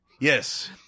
Yes